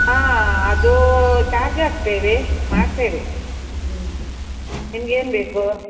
ಹಾಂ ಅದು ಚಾರ್ಜ್ ಹಾಕ್ತೇವೆ ಮಾಡ್ತೇವೆ ಹ್ಞೂ ನಿಮಗೆ ಏನು ಬೇಕು